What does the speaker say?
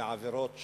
עבירות שונות,